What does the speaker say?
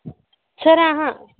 sir